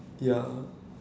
ya